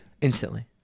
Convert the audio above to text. Instantly